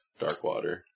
Darkwater